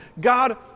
God